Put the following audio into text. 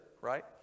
right